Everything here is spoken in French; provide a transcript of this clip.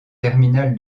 terminal